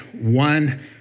one